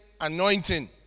anointing